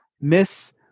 Miss